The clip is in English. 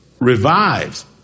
Revives